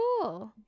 cool